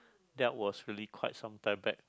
that was really quite sometime back